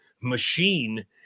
machine